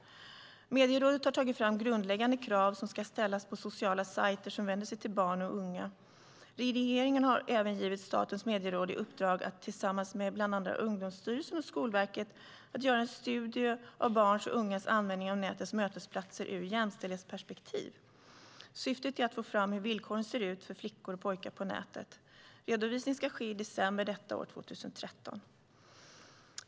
Medierådet har tagit fram grundläggande krav som ska ställas på sociala sajter som vänder sig till barn och unga. Regeringen har även givit Statens medieråd i uppdrag att tillsammans med bland andra Ungdomsstyrelsen och Skolverket göra en studie av barns och ungas användning av nätets mötesplatser ur jämställdhetsperspektiv. Syftet är att få fram hur villkoren ser ut för flickor och pojkar på nätet. Redovisning ska ske i december detta år, 2013.